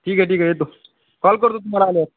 ठीक आहे ठीक आहे येतो कॉल करतो तुम्हाला आल्यावर